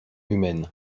humaine